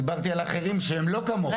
דיברתי על אחרים שהם לא כמוך,